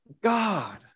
God